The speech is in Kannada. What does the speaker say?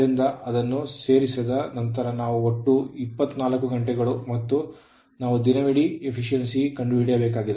ಆದ್ದರಿಂದ ಅದನ್ನು ಸೇರಿಸಿದ ನಂತರ ಒಟ್ಟು 24 ಗಂಟೆಗಳು ಮತ್ತು ನಾವು ದಿನವಿಡೀ ದಕ್ಷತೆಯನ್ನು ಕಂಡುಕೊಳ್ಳಬೇಕಾಗಿದೆ